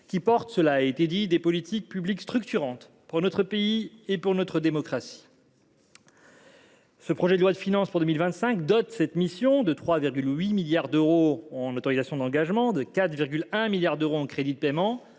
qui finance des politiques publiques structurantes pour notre pays comme pour notre démocratie. Le projet de loi de finances pour 2025 dote cette mission de 3,8 milliards d’euros en autorisations d’engagement et de 4,1 milliards d’euros en crédits de paiement.